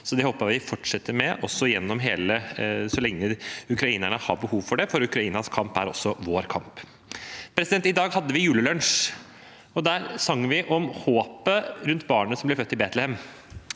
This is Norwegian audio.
Det håper jeg vi fortsetter med så lenge ukrainerne har behov for det, for Ukrainas kamp er også vår kamp. I dag hadde vi julelunsj, og der sang vi om håpet rundt barnet som ble født i Betlehem.